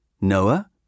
Noah